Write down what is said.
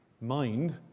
mind